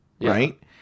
right